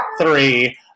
three